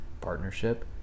partnership